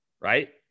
right